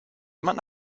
jemand